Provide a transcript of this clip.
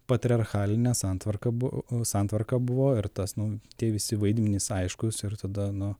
patriarchalinė santvarka bu santvarka buvo ir tas nu tie visi vaidmenys aiškūs ir tada nu